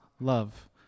love